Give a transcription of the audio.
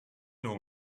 all